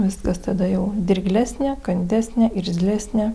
viskas tada jau dirglesnė kandesnė irzlesnė